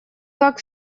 как